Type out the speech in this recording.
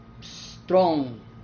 strong